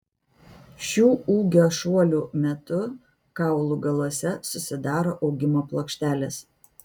šių ūgio šuolių metu kaulų galuose susidaro augimo plokštelės